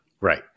right